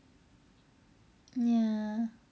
ya